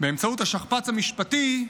באמצעות השכפ"ץ המשפטי,